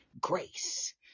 grace